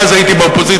אז הייתי באופוזיציה,